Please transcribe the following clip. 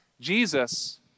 Jesus